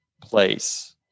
place